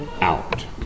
out